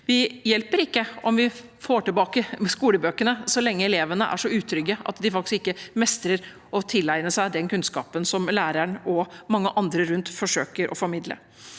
Det hjelper ikke om vi får tilbake skolebøkene, så lenge elevene er så utrygge at de faktisk ikke mestrer å tilegne seg den kunnskapen som læreren og mange andre rundt forsøker å formidle.